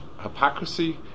Hypocrisy